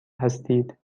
هستید